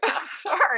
sorry